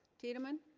tiedemann